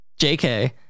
jk